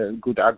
good